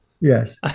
Yes